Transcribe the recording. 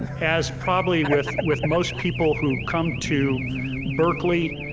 as probably with with most people who come to berkeley,